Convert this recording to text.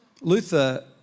Luther